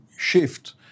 shift